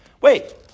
Wait